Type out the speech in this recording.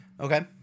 okay